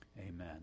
amen